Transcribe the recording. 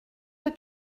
que